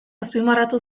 azpimarratu